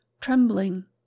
trembling